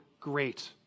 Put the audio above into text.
great